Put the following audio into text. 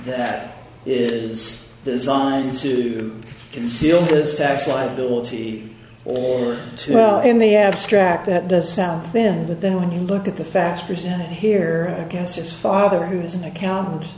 that is designed to conceal goods tax liability or in the abstract that does sound thin but then when you look at the facts presented here against his father who is an accountant